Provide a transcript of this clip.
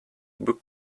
book